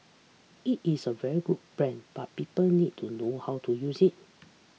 it is a very good plan but people need to know how to use it